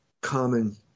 common